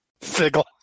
Sigle